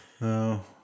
No